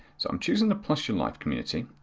so i am choosing the plus your life community,